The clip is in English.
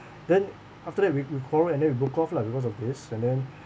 then after that we we quarrelled and then we broke off lah because of this and then